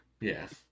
yes